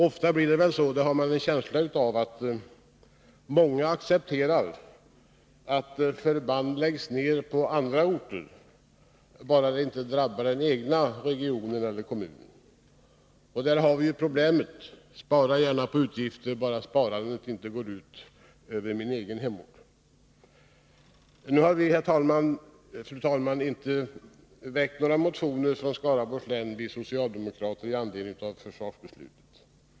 Ofta blir det väl så — jag har i alla fall en känsla av det — att många accepterar att förband läggs ned på andra orter, bara det inte drabbar den egna regionen eller kommunen. Där har vi problemet — spara gärna på utgifter, bara sparandet inte går ut över min egen hemort. Fru talman! Vi socialdemokrater från Skaraborgs län har inte väckt några motioner med anledning av försvarsbeslutet.